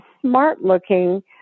smart-looking